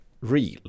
real